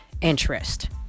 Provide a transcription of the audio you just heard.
interest